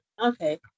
okay